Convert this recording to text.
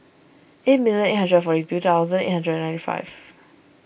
eight million eight hundred and forty two thousand eight hundred and ninety five